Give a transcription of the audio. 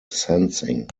sensing